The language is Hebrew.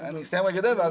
אני אגיע לזה.